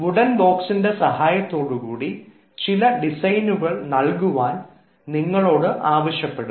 wooden ബോക്സിൻറെ സഹായത്തോടുകൂടി ചില ഡിസൈനുകളിൽ നൽകുവാൻ നിങ്ങളോട് ആവശ്യപ്പെടും